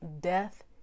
Death